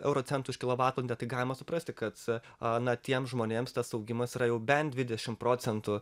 euro centų už kilovatvalandę tai galima suprasti kad a na tiem žmonėms tas augimas yra jau bent dvidešimt procentų